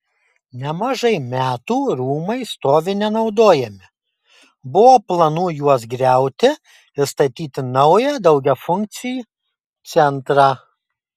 nemažai metų rūmai stovi nenaudojami buvo planų juos griauti ir statyti naują daugiafunkcį centrą